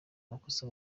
amakosa